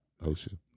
ocean